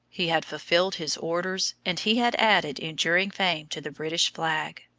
he had fulfilled his orders, and he had added enduring fame to the british flag.